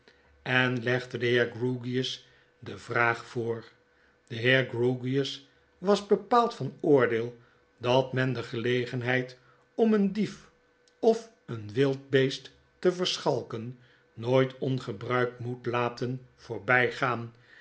en legde den heer grewgious de vraag voor de heer grewgious was bepaald van oordeel dat men de gelegenheid om een dief of een wild beest te verschalken nooit ongebruikt moet laten voorby